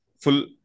full